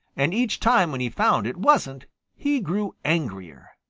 and each time when he found it wasn't he grew angrier.